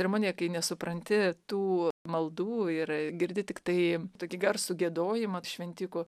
ir mane kai nesupranti tų maldų ir girdi tiktai tokį garsų giedojimą šventikų